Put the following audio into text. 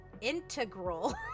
integral